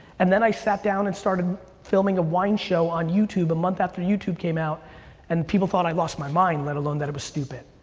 and then i sat down and started filming a wine show on youtube a month after youtube came out and people thought i lost my mind, let alone that it was stupid.